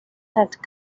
have